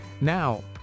now